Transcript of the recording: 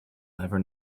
never